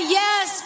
yes